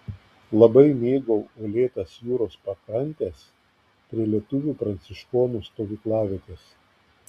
labai mėgau uolėtas jūros pakrantes prie lietuvių pranciškonų stovyklavietės